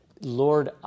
Lord